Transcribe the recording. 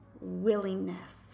willingness